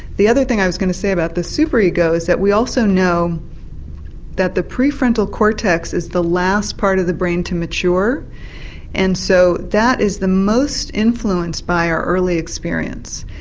the other thing i was going to say about the super-ego is that we also know that the prefrontal cortex is the last part of the brain to mature and so that is the most influenced by our early experience.